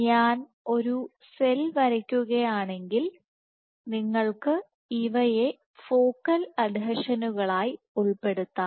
ഞാൻ ഒരു സെൽ വരയ്ക്കുകയാണെങ്കിൽ നിങ്ങൾക്ക് ഇവയെ ഫോക്കൽ അഡ്ഹീഷനുകളായി ഉൾപ്പെടുത്താം